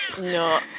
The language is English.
No